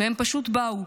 והם פשוט באו.